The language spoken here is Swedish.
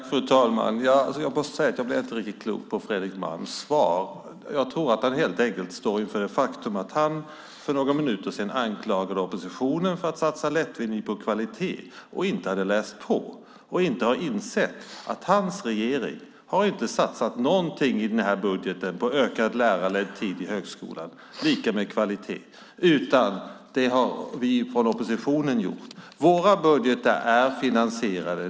Fru talman! Jag blir inte riktigt klok på Fredrik Malms svar. Jag tror att han helt enkelt står inför det faktum att han för några minuter sedan anklagade oppositionen för att satsa lättvindigt på kvalitet och inte hade läst på. Han hade inte insett att hans regering inte har satsat någonting i den här budgeten på ökad lärarledd tid i högskolan, som är lika med kvalitet, utan det har vi från oppositionen gjort. Våra budgetar är finansierade.